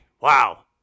wow